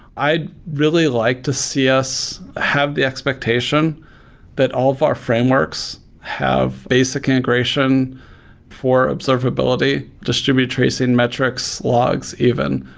i really like to see us have the expectation that all of our frameworks have basic integration for observability, distributed tracing, metrics, logs even.